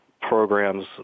programs